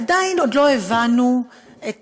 עדיין לא הבנו את